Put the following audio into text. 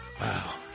Wow